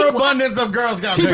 overabundance of girl scout